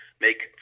make